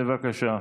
בבקשה.